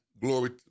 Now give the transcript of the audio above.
glory